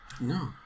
No